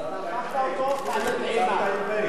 אז אתה הפכת אותו עלה תאנה.